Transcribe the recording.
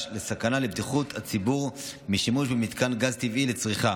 לסכנה לבטיחות הציבור משימוש במתקן גז טבעי לצריכה.